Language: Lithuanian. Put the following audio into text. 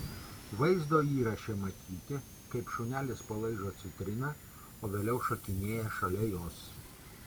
vaizdo įraše matyti kaip šunelis palaižo citriną o vėliau šokinėja šalia jos